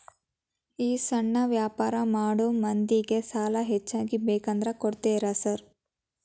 ಈ ಸಣ್ಣ ವ್ಯಾಪಾರ ಮಾಡೋ ಮಂದಿಗೆ ಸಾಲ ಹೆಚ್ಚಿಗಿ ಬೇಕಂದ್ರ ಕೊಡ್ತೇರಾ ಸಾರ್?